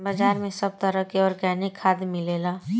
बाजार में सब तरह के आर्गेनिक खाद मिलेला